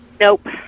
Nope